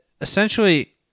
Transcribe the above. essentially